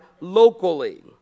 locally